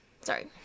Sorry